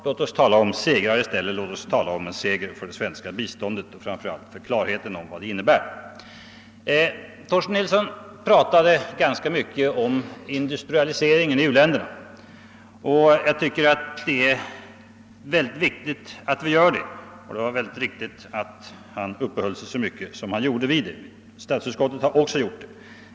Låt oss i stället tala om segrar, låt oss tala om en seger för klarheten om principen för det svenska ländervalet. Torsten Nilsson talade ganska mycket om industrialiseringen i u-länderna. Jag tycker att det var bra att han uppehöll sig så mycket vid det som han gjorde. Statsutskottet har också gjort det.